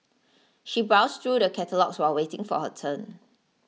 she browsed through the catalogues while waiting for her turn